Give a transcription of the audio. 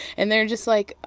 and they're just like,